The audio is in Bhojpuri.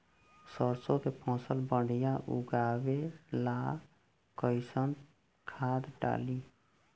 सरसों के फसल बढ़िया उगावे ला कैसन खाद डाली?